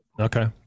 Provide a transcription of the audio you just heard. Okay